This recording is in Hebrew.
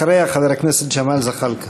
אחריה, חבר הכנסת ג'מאל זחאלקה.